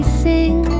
sing